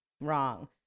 wrong